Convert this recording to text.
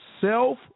self